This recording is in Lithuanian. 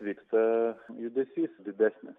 vyksta judesys didesnis